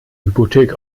hypothek